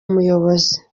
umuyobozi